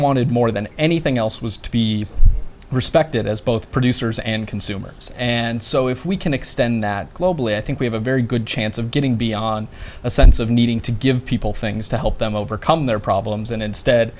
wanted more than anything else was to be respected as both producers and consumers and so if we can extend that globally i think we have a very good chance of getting beyond a sense of needing to give people things to help them overcome their problems and instead